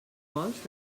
vols